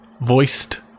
voiced